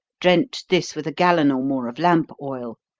drenched this with a gallon or more of lamp oil,